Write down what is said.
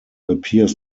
appears